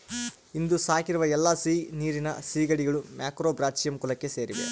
ಇಂದು ಸಾಕಿರುವ ಎಲ್ಲಾ ಸಿಹಿನೀರಿನ ಸೀಗಡಿಗಳು ಮ್ಯಾಕ್ರೋಬ್ರಾಚಿಯಂ ಕುಲಕ್ಕೆ ಸೇರಿವೆ